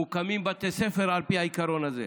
מוקמים בתי ספר על פי העיקרון הזה.